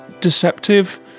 deceptive